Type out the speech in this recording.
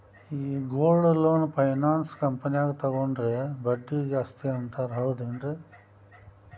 ಈ gold loan finance ಕಂಪನ್ಯಾಗ ತಗೊಂಡ್ರೆ ಬಡ್ಡಿ ಜಾಸ್ತಿ ಅಂತಾರ ಹೌದೇನ್ರಿ?